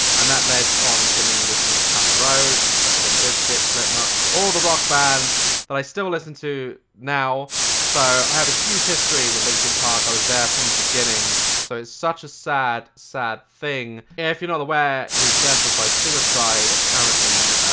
and that led on to me listening to papa roach, limp bizkit, slipknot all the rock bands that i still listen to now so i have a huge history with linkin park. i was there from the beginning so it's such a sad, sad thing if you're not aware his death was by suicide apparently.